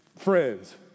Friends